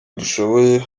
dushoboye